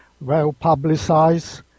well-publicized